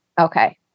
Okay